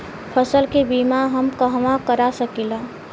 फसल के बिमा हम कहवा करा सकीला?